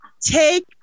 take